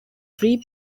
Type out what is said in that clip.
three